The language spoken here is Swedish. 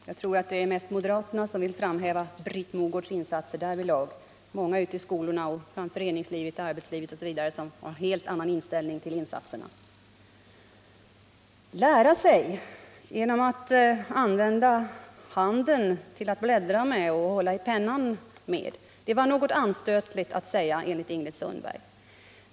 Herr talman! Jag tror det är mest moderaterna som vill framhäva Britt Mogårds insatser därvidlag. Det är många ute i skolorna, i föreningslivet och arbetslivet som har en helt annan inställning till hennes insatser. Att lära sig genom att använda handen också till annat än att bläddra med och hålla i pennan med, det var något anstötligt att säga enligt Ingrid Sundberg.